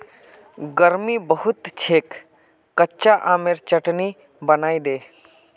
गर्मी बहुत छेक कच्चा आमेर चटनी बनइ दे